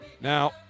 Now